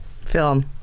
film